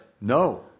No